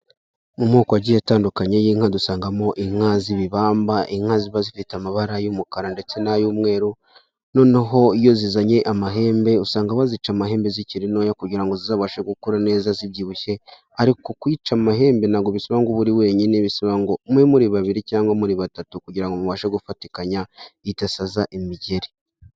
Mu moko agiye atandukanye y'inka dusangamo inka zi'ibibamba; inka ziba zifite amahembe y'umukara ndetse n'ay'umweru. Noneho iyo zizanye amahembe, usanga bazica amahembe zikiri ntoya kugira ngo zizabashe gukura neza zibyibushye, ariko kuyica amahembe ntabwo bisaba ngo ube uri wenyine, bisaba ngo mube muri babiri cyangwa muri batatu kugirango mubashe gufatikanya idasaza imigeri.